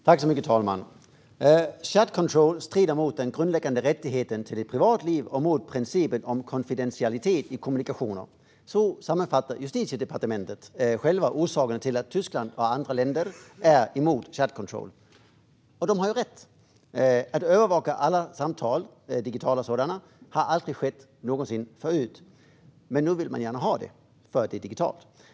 Herr talman! Chat control strider mot den grundläggande rätten till ett privatliv och mot principen om konfidentialitet i kommunikationer. Så sammanfattar Justitiedepartementet orsaken till att Tyskland och andra länder är emot chat control. De har rätt. Övervakning av alla digitala samtal har aldrig någonsin skett förut, men nu vill man gärna göra detta för att det är digitalt.